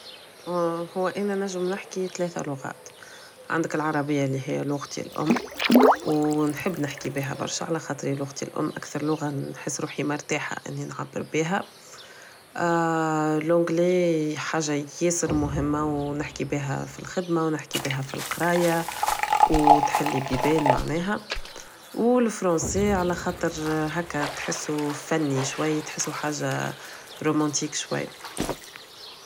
هو انا نجم نحكي ثلاثة لغات عندك العربية اللي هي لغتي الام و نحب نحكي بيها برشا على خاطر لغتي الام اكتر لغة نحس روحي مرتاحة اني نعبر بيها لونغلي حاجة ياسر مهمة و نحكي بيها فلخدمة و نحكي بيها فلقراية و تحلي بيبان معناها و لفرونصي على خاطر تحسو هكا فني شوي تحسو حاجة romantique شوية